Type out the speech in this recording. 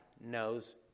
knows